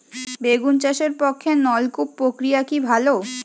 বেগুন চাষের পক্ষে নলকূপ প্রক্রিয়া কি ভালো?